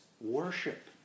Worship